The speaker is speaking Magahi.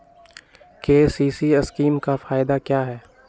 के.सी.सी स्कीम का फायदा क्या है?